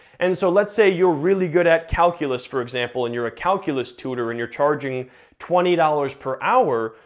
and so let's say you're really good at calculous for example, and you're a calculous tutor, and you're charging twenty dollars per hour,